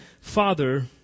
Father